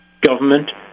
government